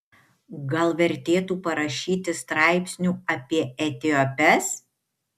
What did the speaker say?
gal vertėtų parašyti straipsnių apie etiopes